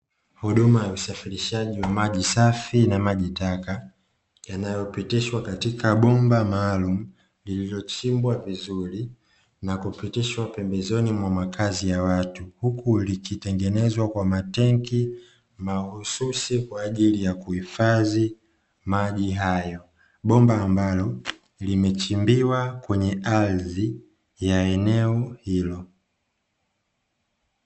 Huduma ya usafrishaji wa maji safi na maji taka, yanayopitishwa katika bomba maalumu, lililochimbwa vizuri na kupitishwa pembezoni mwa makazi ya watu; huku likitengenezwa kwa matenki mahususi kwa ajili ya kuhifadhi maji hayo, bomba ambalo limechimbiwa kwenye ardhi ya eneo hilo.